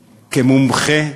כמומחה.